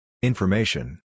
Information